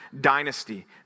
dynasty